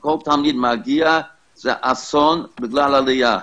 שכל תלמיד מגיע, זה אסון בגלל העלייה.